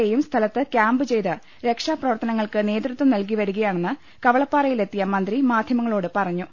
എയും സ്ഥലത്ത് കൃാമ്പ് ചെയ്ത് രക്ഷാപ്ര വർത്തനങ്ങൾക്ക് നേതൃത്വം നൽകിവരികയാണെന്ന് കവളപ്പാറയിലെത്തിയ മന്ത്രി മാധ്യമങ്ങളോട് പറഞ്ഞു